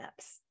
apps